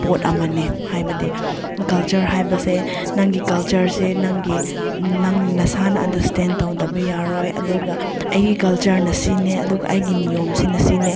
ꯄꯣꯠ ꯑꯃꯅꯦ ꯍꯥꯏꯕꯗꯤ ꯀꯜꯆꯔ ꯍꯥꯏꯕꯁꯦ ꯅꯪꯒꯤ ꯀꯜꯆꯔꯁꯦ ꯅꯪꯒꯤ ꯅꯪ ꯅꯁꯥꯅ ꯑꯟꯗꯔꯏꯁꯇꯦꯟ ꯇꯧꯗꯕ ꯌꯥꯔꯣꯏ ꯑꯗꯨꯒ ꯑꯩꯒꯤ ꯀꯜꯆꯔꯅ ꯁꯤꯅꯦ ꯑꯗꯨꯒ ꯑꯩꯒꯤ ꯅꯤꯌꯣꯝ ꯁꯤꯅ ꯁꯤꯅꯦ